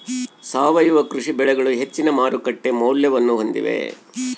ಸಾವಯವ ಕೃಷಿ ಬೆಳೆಗಳು ಹೆಚ್ಚಿನ ಮಾರುಕಟ್ಟೆ ಮೌಲ್ಯವನ್ನ ಹೊಂದಿವೆ